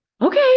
okay